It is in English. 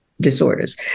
disorders